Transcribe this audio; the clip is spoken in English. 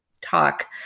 talk